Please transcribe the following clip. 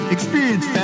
Experience